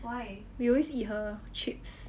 we always eat her chips